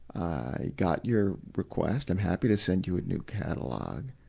i got your request. i'm happy to send you a new catalogue,